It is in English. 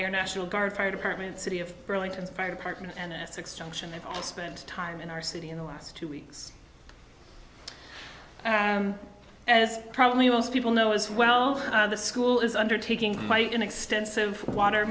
air national guard fire department city of burlington fire department and essex junction they've all spent time in our city in the last two weeks as probably most people know as well the school is undertaking an extensive water